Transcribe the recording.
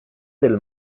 del